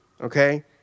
Okay